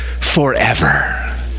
forever